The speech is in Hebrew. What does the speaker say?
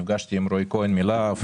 נפגשתי עם רועי כהן מלהב,